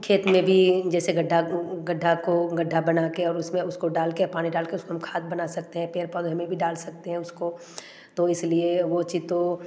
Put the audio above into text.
खेत में भी जैसे गड्ढा गड्ढा को गड्ढा बनाके और उसमें उसको डालके पानी डालके उसको हम खाद बना सकते हैं पेड़ पौधे में भी डाल सकते हैं उसको तो इसलिए वो चीज तो